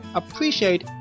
appreciate